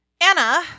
Anna